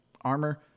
armor